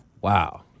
Wow